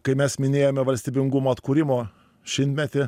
kai mes minėjome valstybingumo atkūrimo šimtmetį